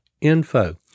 info